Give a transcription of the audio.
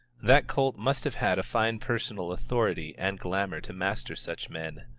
that cult must have had a fine personal authority and glamour to master such men.